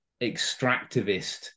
extractivist